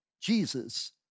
Jesus